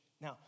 Now